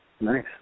Nice